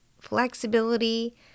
flexibility